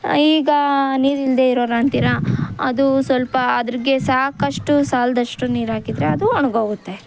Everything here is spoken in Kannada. ಈಗ ನೀರು ಇಲ್ಲದೆ ಇರೋರು ಅಂತೀರ ಅದೂ ಸ್ವಲ್ಪ ಅದ್ರಾಗೆ ಸಾಕಷ್ಟು ಸಾಲದಷ್ಟು ನೀರು ಹಾಕಿದ್ರೆ ಅದು ಒಣಗೋಗುತ್ತೆ